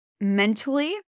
mentally